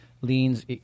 leans